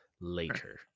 later